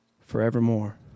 forevermore